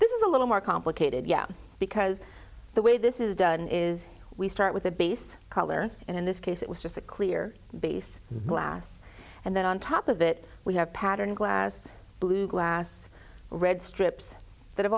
this is a little more complicated yeah because the way this is done is we start with the base color and in this case it was just a clear base glass and then on top of that we have patterned glass blue glass red strips that have